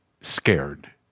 scared